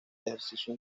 ejercicio